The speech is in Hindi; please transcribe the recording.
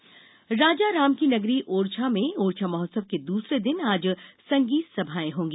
ओरछा उत्सव रामराजा की नगरी ओरछा में ओरछा महोत्सव के दूसरे दिन आज संगीत संभाएं होंगी